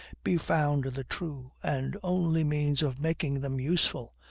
be found the true and only means of making them useful,